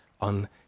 on